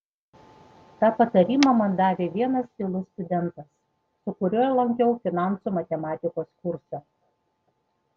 tą patarimą man davė vienas tylus studentas su kuriuo lankiau finansų matematikos kursą